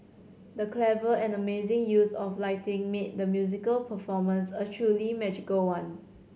the clever and amazing use of lighting made the musical performance a truly magical one